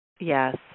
Yes